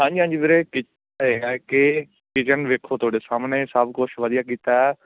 ਹਾਂਜੀ ਹਾਂਜੀ ਵੀਰੇ ਕਿ ਇਹ ਹੈ ਕਿ ਕਿਚਨ ਵੇਖੋ ਤੁਹਾਡੇ ਸਾਹਮਣੇ ਸਭ ਕੁਛ ਵਧੀਆ ਕੀਤਾ ਹੈ